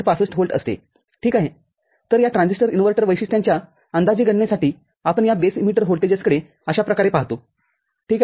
६५ volt असते ठीक आहेतर या ट्रान्झिस्टर इन्व्हर्टर वैशिष्ट्यांच्या अंदाजे गणनासाठी आपण या बेस इमिटर व्होल्टेजेस कडे अशा प्रकारे पाहतो ठीक आहे